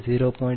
189 p